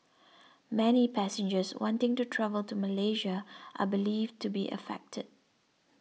many passengers wanting to travel to Malaysia are believed to be affected